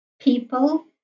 people